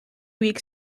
week